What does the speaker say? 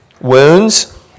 wounds